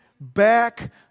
back